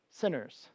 sinners